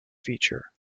feature